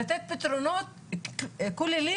לתת פתרונות כוללים,